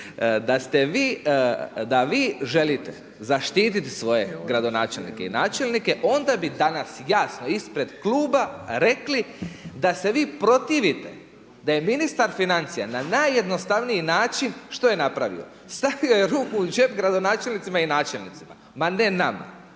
nepristojan, da vi želite zaštiti svoje gradonačelnike i načelnike onda bi danas jasno ispred kluba rekli da se vi protivite da je ministar financija na najjednostavniji način, što je napravio, stavio je ruku u džep gradonačelnicima i načelnicima, ma ne nama,